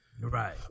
Right